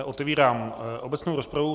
Otevírám obecnou rozpravu.